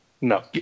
No